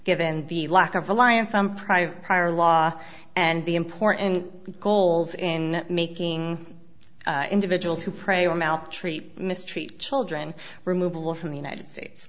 given the lack of reliance on private prior law and the important goals in making individuals who prey on now treat mistreat children removal from the united states